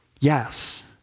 Yes